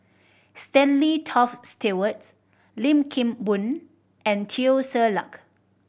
Stanley Toft Stewart Lim Kim Boon and Teo Ser Luck